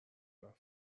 رفت